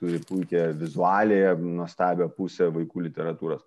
turi puikią vizualiąją nuostabią pusę vaikų literatūros